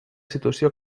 situació